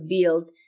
build